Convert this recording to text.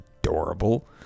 adorable